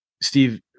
Steve